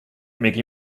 mickey